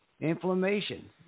inflammation